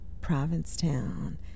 Provincetown